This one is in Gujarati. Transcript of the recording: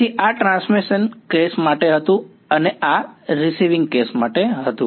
તેથી આ ટ્રાન્સમિશન કેસ માટે હતું અને આ રીસીવિંગ કેસ માટે છે